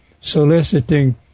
soliciting